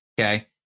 Okay